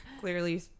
Clearly